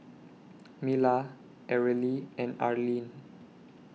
Mila Areli and Arleen